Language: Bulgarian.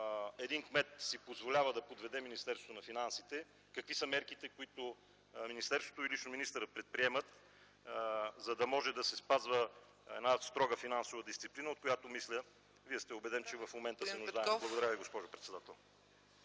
един кмет си позволява да подведе Министерството на финансите, какви са мерките, които министерството и лично министърът предприемат, за да може да се спазва строга финансова дисциплина, от която – мисля, Вие сте убеден, че в момента се нуждаем? Благодаря Ви, госпожо председател.